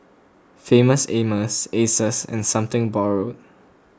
Famous Amos Asus and Something Borrowed